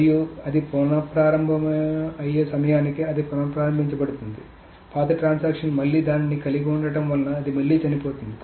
మరియు అది పునఃప్రారంభం అయ్యే సమయానికి అది పునఃప్రారంబించ బడుతుంది పాత ట్రాన్సాక్షన్ మళ్లీ దానిని కలిగి ఉండటం వలన అది మళ్లీ చనిపోతుంది